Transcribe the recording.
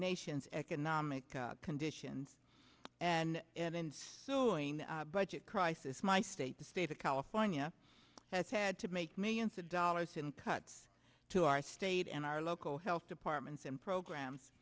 nation's economic conditions and in doing budget crisis my state the state of california has had to make millions of dollars in cuts to our state and our local health departments and programs